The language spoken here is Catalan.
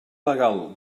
legal